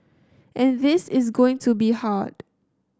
and this is going to be hard